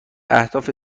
اهداف